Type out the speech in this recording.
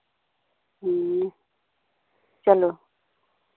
हाँ चलो